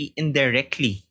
indirectly